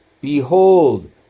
Behold